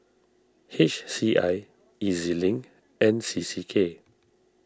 H C I E Z Link and C C K